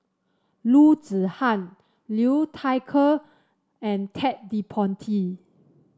Loo Zihan Liu Thai Ker and Ted De Ponti